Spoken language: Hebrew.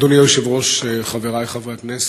אדוני היושב-ראש, חברי חברי הכנסת,